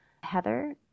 Heather